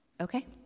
Okay